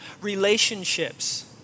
relationships